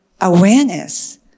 awareness